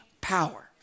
power